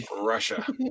Russia